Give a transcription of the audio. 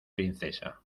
princesa